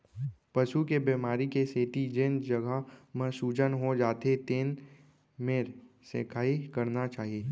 पसू के बेमारी के सेती जेन जघा म सूजन हो जाथे तेन मेर सेंकाई करना चाही